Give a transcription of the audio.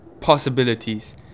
possibilities